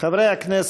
לשנת